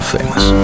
Famous